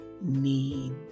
need